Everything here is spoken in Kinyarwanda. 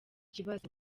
kibazo